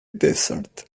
desert